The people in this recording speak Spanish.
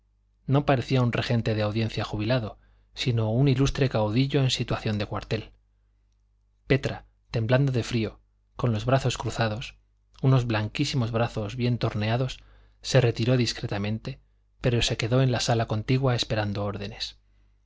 no parecía un regente de audiencia jubilado sino un ilustre caudillo en situación de cuartel petra temblando de frío con los brazos cruzados unos blanquísimos brazos bien torneados se retiró discretamente pero se quedó en la sala contigua esperando órdenes